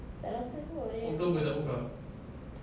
tak rasa kot